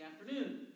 afternoon